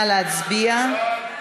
נא להצביע.